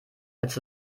als